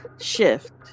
shift